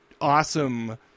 awesome